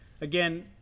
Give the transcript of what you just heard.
again